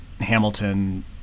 Hamilton